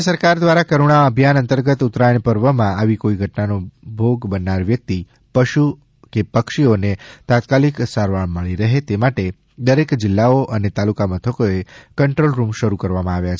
રાજ્ય સરકાર દ્વારા કરૂણા અભિયાન અંતર્ગત ઉત્તરાયણ પર્વમાં આવી કોઇ ઘટનાનો ભાગ બનનાર વ્યક્તિ પશુ અને પક્ષીઓને તાત્કાલીક સારવાર મળી રહે તે માટે દરેક જિલ્લાઓ અને તાલુકા મથકોએ કંટ્રોલ રૂમ શરૂ કરવામાં આવ્યા છે